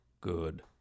good